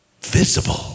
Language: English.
Visible